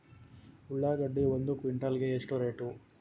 ಉಳ್ಳಾಗಡ್ಡಿ ಒಂದು ಕ್ವಿಂಟಾಲ್ ಗೆ ಎಷ್ಟು ರೇಟು?